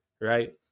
right